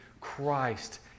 Christ